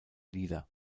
lieder